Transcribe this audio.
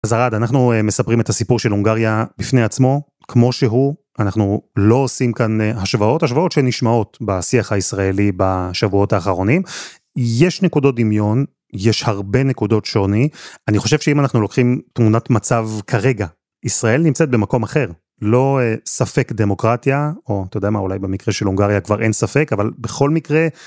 אז ערד, אנחנו מספרים את הסיפור של הונגריה בפני עצמו כמו שהוא, אנחנו לא עושים כאן השוואות, השוואות שנשמעות בשיח הישראלי בשבועות האחרונים. יש נקודות דמיון, יש הרבה נקודות שוני. אני חושב שאם אנחנו לוקחים תמונת מצב כרגע, ישראל נמצאת במקום אחר. לא ספק דמוקרטיה, או אתה יודע מה, אולי במקרה של הונגריה כבר אין ספק, אבל בכל מקרה,